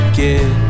get